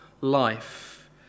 life